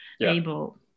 able